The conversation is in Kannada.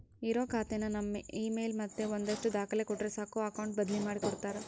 ಇರೋ ಖಾತೆನ ನಮ್ ಇಮೇಲ್ ಮತ್ತೆ ಒಂದಷ್ಟು ದಾಖಲೆ ಕೊಟ್ರೆ ಸಾಕು ಅಕೌಟ್ ಬದ್ಲಿ ಮಾಡಿ ಕೊಡ್ತಾರ